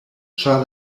ĉar